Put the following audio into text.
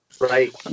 right